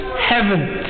heaven